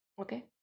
okay